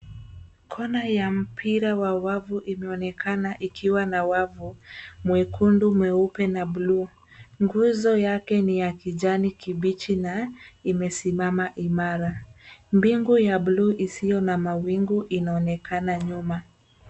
Kona ya mpira wa wavu imeonekana ikiwa na wavu mwekundu, mweupe na bluu. Nguzo yake ni ya kijani kibichi na imesimama imara. Mbingu ya bluu isiyo na mawingu inaonekana nyuma.